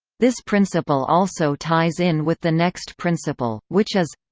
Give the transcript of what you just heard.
this principle also ties in with the next principle, which is